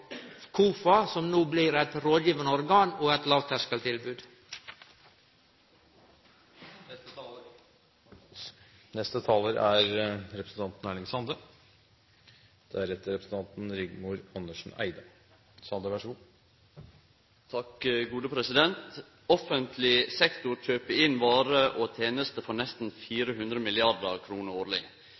domstolane, som har kompetanse til å gjennomføre sanksjonar, og KOFA, som no blir eit rådgivande organ og eit lågterskeltilbod. Offentleg sektor kjøper inn varer og tenester for nesten 400 mrd. kr årleg.